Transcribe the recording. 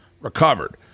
recovered